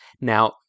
Now